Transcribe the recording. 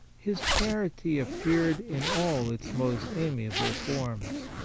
his charity appeared in all its most amiable forms.